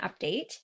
update